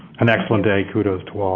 an excellent day. kudos to